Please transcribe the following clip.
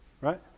Right